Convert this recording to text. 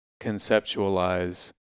conceptualize